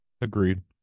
agreed